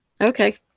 Okay